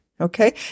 okay